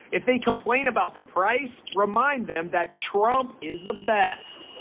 if they complain about the price, remind them that trump is the best.